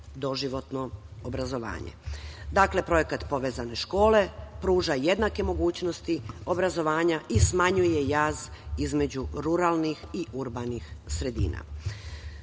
doživotno obrazovanje. Dakle, Projekat „Povezane škole“ pruža jednake mogućnosti obrazovanja i smanjuje jaz između ruralnih i urbanih sredina.